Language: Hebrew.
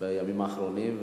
בימים האחרונים.